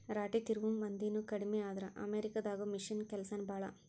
ರಾಟಿ ತಿರುವು ಮಂದಿನು ಕಡಮಿ ಆದ್ರ ಅಮೇರಿಕಾ ದಾಗದು ಮಿಷನ್ ಕೆಲಸಾನ ಭಾಳ